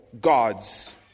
God's